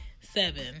Seven